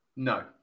No